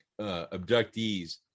abductees